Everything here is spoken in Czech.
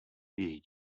jejich